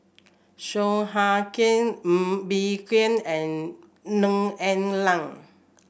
Song Hoot Kiam Ng Bee Kia and Neo Ah Luan